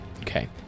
Okay